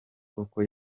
koko